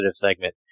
segment